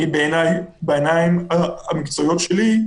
בעיניים המקצועיות שלי,